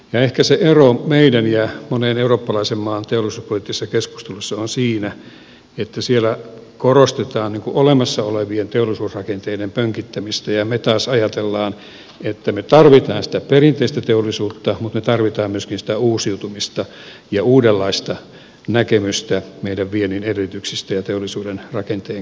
ehkä se ero meidän ja monen eurooppalaisen maan teollisuuspoliittisen keskustelun välillä on siinä että siellä korostetaan olemassa olevien teollisuusrakenteiden pönkittämistä ja me taas ajattelemme että me tarvitsemme sitä perinteistä teollisuutta mutta me tarvitsemme myöskin sitä uusiutumista ja uudenlaista näkemystä meidän viennin edellytyksistä ja teollisuuden rakenteen kehittämisestä